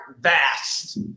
vast